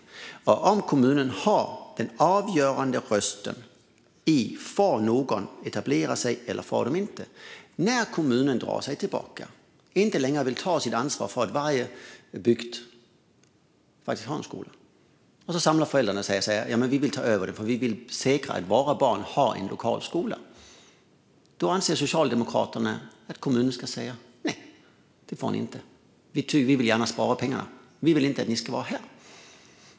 Låt oss säga att kommunen har den avgörande rösten när det gäller om någon får etablera sig eller inte och att kommunen då drar sig tillbaka och inte längre vill ta sitt ansvar för att varje bygd har en skola. Föräldrarna kanske då samlas och säger: Vi vill ta över detta, för vi vill säkra att våra barn har en lokal skola. Anser Socialdemokraterna att kommunen då ska kunna vägra? I så fall kan kommunerna säga: Nej, det får ni inte. Vi vill gärna spara pengarna, så vi vill inte att ni ska vara här.